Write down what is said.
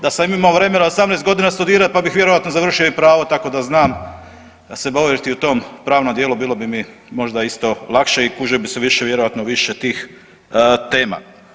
Da sam imao vremena 18.g. studirat pa bih vjerojatno završio i pravo tako da znam se boriti u tom pravnom dijelu bilo bi mi možda isto lakše i kužio bi se više, vjerojatno više tih tema.